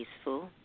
peaceful